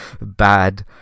bad